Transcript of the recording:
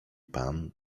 pan